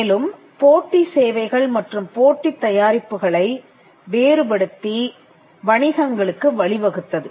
மேலும் போட்டி சேவைகள் மற்றும் போட்டித் தயாரிப்புகளை வேறுபடுத்தி வணிகங்களுக்கு வழிவகுத்தது